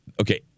Okay